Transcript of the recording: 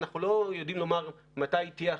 אנחנו לא יודעים לומר מתי היא תהיה החלופה.